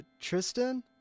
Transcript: Tristan